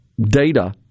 data